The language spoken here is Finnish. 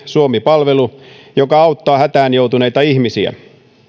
suomi palvelu joka auttaa hätään joutuneita ihmisiä